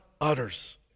utters